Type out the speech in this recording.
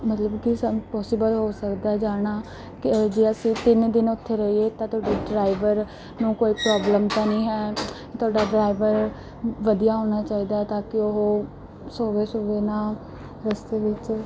ਮਤਲਬ ਕਿ ਸਾਨੂੰ ਪੋਸੀਬਲ ਹੋ ਸਕਦਾ ਜਾਣਾ ਕਿ ਜੇ ਅਸੀਂ ਤਿੰਨ ਦਿਨ ਉੱਥੇ ਰਹੀਏ ਤਾਂ ਤੁਹਾਡੇ ਡਰਾਈਵਰ ਨੂੰ ਕੋਈ ਪ੍ਰੋਬਲਮ ਤਾਂ ਨਹੀਂ ਹੈ ਤੁਹਾਡਾ ਡਰਾਈਵਰ ਵਧੀਆ ਹੋਣਾ ਚਾਹੀਦਾ ਤਾਂ ਕਿ ਉਹ ਸੋਵੇ ਸੂਵੇ ਨਾ ਰਸਤੇ ਵਿੱਚ